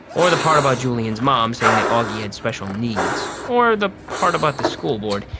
or the part about julian's mom saying that auggie had special needs, or the part about the school board.